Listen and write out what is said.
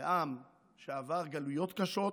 לעם שעבר גלויות קשות,